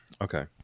okay